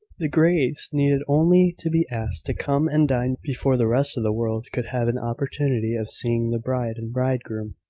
the greys needed only to be asked to come and dine before the rest of the world could have an opportunity of seeing the bride and bridegroom.